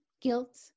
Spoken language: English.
guilt